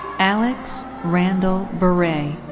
alex randall berrey.